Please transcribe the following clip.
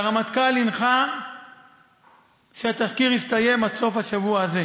והרמטכ"ל הנחה שהתחקיר יסתיים עד סוף השבוע הזה,